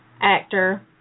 actor